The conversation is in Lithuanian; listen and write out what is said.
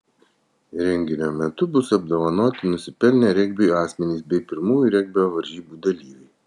renginio metu bus apdovanoti nusipelnę regbiui asmenys bei pirmųjų regbio varžybų dalyviai